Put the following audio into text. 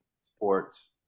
sports